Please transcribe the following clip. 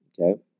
Okay